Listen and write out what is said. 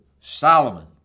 Solomon